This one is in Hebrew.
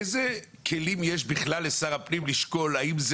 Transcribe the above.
איזה כלים יש לשר הפנים שלקול האם זה